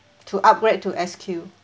to upgrade to SQ